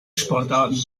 sportarten